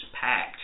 packed